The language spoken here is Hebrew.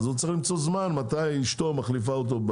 הוא צריך למצוא זמן מתי אשתו מחליפה אותו,